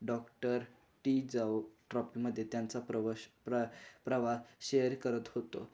doctor T जाऊ ट्रॉपीमध्ये त्यांचा प्रवश प्र प्रवा शेअर करत होतो